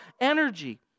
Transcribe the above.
energy